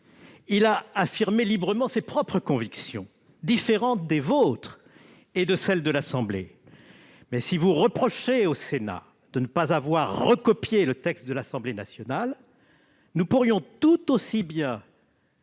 il a affirmé librement ses propres convictions, différentes des vôtres et de celles de l'Assemblée. Mais si vous reprochez au Sénat de ne pas avoir recopié le texte de l'Assemblée nationale, nous pourrions tout aussi bien